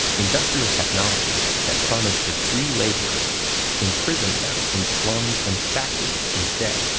industrial technology that promised to free laborers imprisoned them in slums and factories, instead,